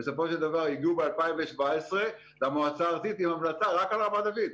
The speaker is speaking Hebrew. ובסופו של דבר הגיעו ב-2017 למועצה הארצית עם המלצה רק על רמת דוד,